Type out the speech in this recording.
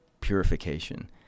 purification